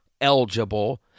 eligible